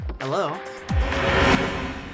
Hello